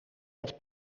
hebt